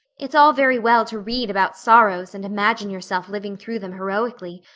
it's all very well to read about sorrows and imagine yourself living through them heroically,